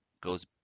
goes